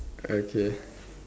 okay